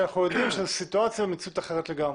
שאנחנו יודעים שזו סיטואציה עם מציאות אחרת לגמרי.